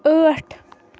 ٲٹھ